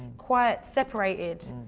quite separated.